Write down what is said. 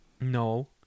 No